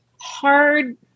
hard